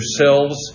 yourselves